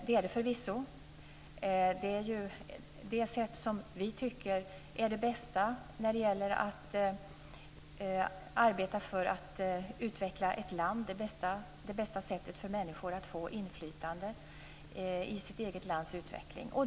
Så är det förvisso. Det är det, tycker vi, bästa sättet att arbeta för att utveckla ett land, det bästa sättet för människor att få inflytande i sitt eget lands utveckling.